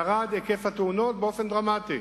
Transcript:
ירד היקף התאונות באופן דרמטי,